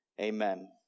amen